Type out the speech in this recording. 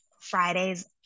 Fridays